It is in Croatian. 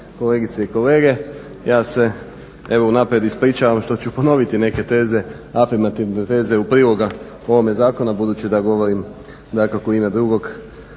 kolegice i kolege. Ja se evo unaprijed ispričavam što ću ponoviti neke teze, afirmativne teze u prilog ovome zakonu, budući da govorim dakako u ime drugog